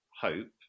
hope